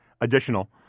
additional